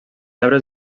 arbres